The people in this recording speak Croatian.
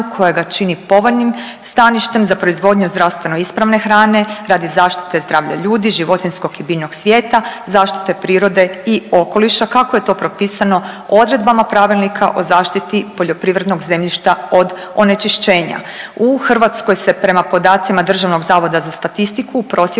koje ga čini povoljnim staništem za proizvodnju zdravstveno ispravne hrane radi zaštite zdravlja ljudi, životinjskog i biljnog svijeta, zaštite prirode i okoliša kako je to propisano odredbama Pravilnika o zaštiti poljoprivrednog zemljišta od onečišćenja. U Hrvatskoj se prema podacima DZS u prosjeku